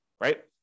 right